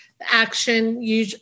action